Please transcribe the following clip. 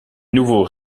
nouveau